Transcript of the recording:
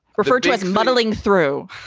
referred to as muddling through,